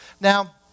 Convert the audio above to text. Now